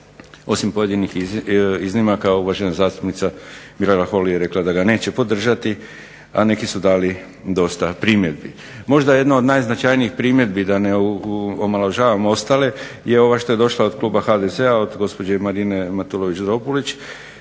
osim pojedinih iznimaka, uvažena zastupnica Mirela Holy je rekla da ga neće podržati, a neki su dali dosta primjedbi. Možda jedna od najznačajnijih primjedbi da ne omalovažavam ostale je ova što je došla od kluba HDZ-a od gospođe Marine Matulović Dropulić.